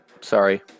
sorry